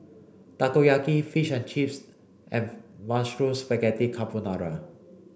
Takoyaki Fish and Chips and Mushroom Spaghetti Carbonara